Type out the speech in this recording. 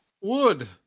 wood